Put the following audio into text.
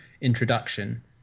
introduction